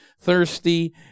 thirsty